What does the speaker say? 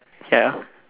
ya